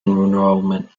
enrollment